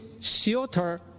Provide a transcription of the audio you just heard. shelter